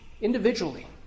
individually